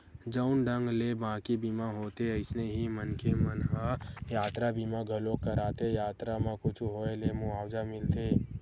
जउन ढंग ले बाकी बीमा होथे अइसने ही मनखे मन ह यातरा बीमा घलोक कराथे यातरा म कुछु होय ले मुवाजा मिलथे